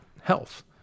health